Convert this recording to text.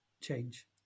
change